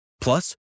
Plus